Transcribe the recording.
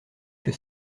que